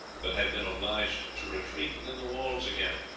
but had been obliged to retreat within the walls again.